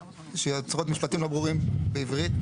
שיוצרות משפטים לא ברורים בעברית,